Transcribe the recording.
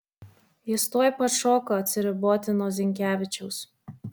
jis tuoj pat šoko atsiriboti nuo zinkevičiaus